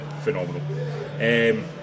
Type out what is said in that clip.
phenomenal